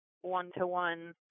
one-to-one